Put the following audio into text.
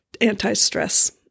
anti-stress